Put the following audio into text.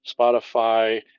Spotify